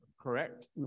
correct